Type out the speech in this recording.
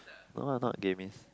no ah not Dennis